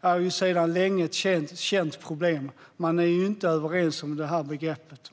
är sedan länge ett känt problem. De är inte överens om begreppet.